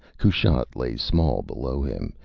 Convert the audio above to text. kushat lay small below him,